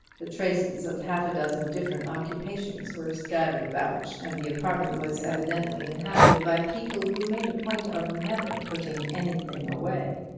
the traces of half-a-dozen different occupations were scattered about, and the apartment was evidently inhabited by people who made a point of never putting anything away.